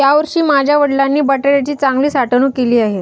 यावर्षी माझ्या वडिलांनी बटाट्याची चांगली साठवणूक केली आहे